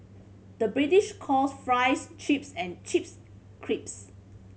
the British calls fries chips and chips crisps